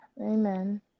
amen